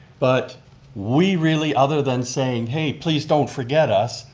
but we really, other than saying hey, please don't forget us,